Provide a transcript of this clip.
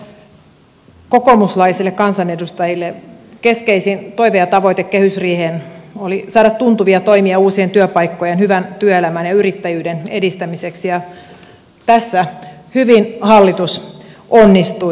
meille kokoomuslaisille kansanedustajille keskeisin toive ja tavoite oli saada kehysriiheen tuntuvia toimia uusien työpaikkojen hyvän työelämän ja yrittäjyyden edistämiseksi ja tässä hyvin hallitus onnistui